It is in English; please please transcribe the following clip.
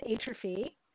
atrophy